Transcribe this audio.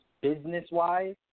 business-wise